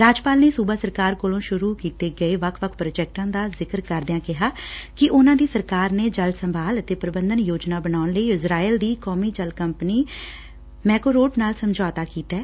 ਰਾਜਪਾਲ ਨੇ ਸੁਬਾ ਸਰਕਾਰ ਵੱਲੋਂ ਸੁਰੁ ਕੀਤੇ ਗਏ ਵੱਖ ਵੱਖ ਪ੍ਰੋਜੈਕਟਾਂ ਦਾ ਜ਼ਿਕਰ ਕਰਦਿਆਂ ਕਿਹਾ ਕਿ ਉਨੁਾਂ ਦੀ ਸਰਕਾਰ ਨੇ ਜਲ ਸੰਭਾਲ ਅਤੇ ਪ੍ਰਬੰਧਨ ਯੋਜਨਾ ਬਣਾਉਣ ਲਈ ਇਜਰਾਇਲ ਦੀ ਕੌਮੀ ਜਲ ਕੰਪਨੀ ਮੈਕੋਰੋਟ ਨਾਲ ਸਮਝੌਤਾ ਕੀਤੈ